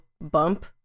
bump